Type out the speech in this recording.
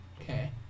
Okay